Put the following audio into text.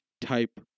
type